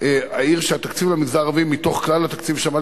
אעיר שהתקציב למגזר הערבי מתוך כלל התקציב שעמד